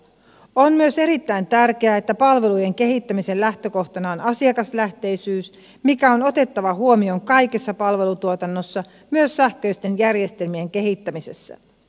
on myös erittäin tärkeää että palvelujen kehittämisen lähtökohtana on asiakaslähtöisyys mikä on otettava huomioon kaikessa palvelutuotannossa myös sähköisten järjestelmien kehittämisessä